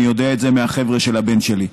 אני יודע את זה מהחבר'ה של הבן שלי,